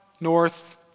north